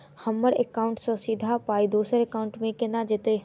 हम्मर एकाउन्ट सँ सीधा पाई दोसर एकाउंट मे केना जेतय?